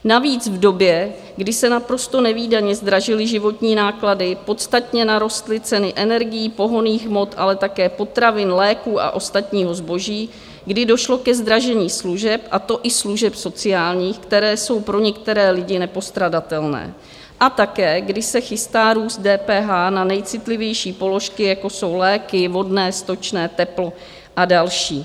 Navíc v době, kdy se naprosto nevídaně zdražily životní náklady, podstatně narostly ceny energií, pohonných hmot, ale také potravin, léků a ostatního zboží, kdy došlo ke zdražení služeb, a to i služeb sociálních, které jsou pro některé lidi nepostradatelné, a také kdy se chystá růst DPH na nejcitlivější položky, jako jsou léky, vodné, stočné, teplo a další.